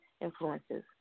influences